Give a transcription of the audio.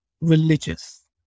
religious